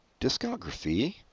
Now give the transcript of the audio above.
Discography